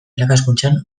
irakaskuntzan